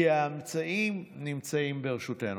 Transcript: כי האמצעים נמצאים ברשותנו.